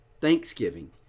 Thanksgiving